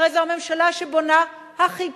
הרי זו הממשלה שבונה הכי פחות,